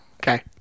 Okay